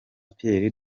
pierre